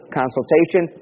consultation